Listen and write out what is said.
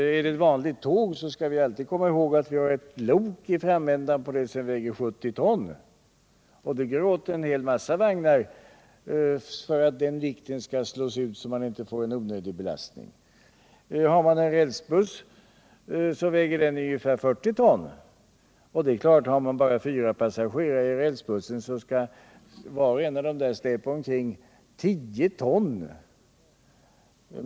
Gäller det ett vanligt tåg skall vi komma ihåg att det alltid finns ett lok i framändan på tåget, och loket väger 70 ton. Det behövs en hel massa vagnar för att den vikten skall kunna slås ut, så att man inte får en onödig belastning. En rälsbuss väger ungefär 40 ton. Finns det bara fyra passagerare i rälsbussen får var och en av dem så att säga släpa omkring tio ton. Det är klart att det är oekonomiskt.